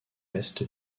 est